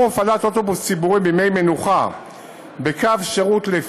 הפעלת אוטובוס ציבורי בימי מנוחה בקו שירות,